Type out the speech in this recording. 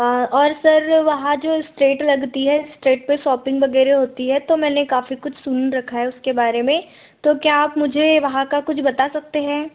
और सर वहाँ जो स्ट्रेट लगती है स्ट्रेट में शॉपिंग वगैरह होती है तो मैंने काफ़ी कुछ सुन रखा है उसके बारे मैं तो आप मुझे वहाँ का कुछ बता सकते हैं